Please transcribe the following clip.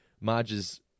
Marge's